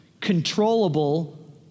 controllable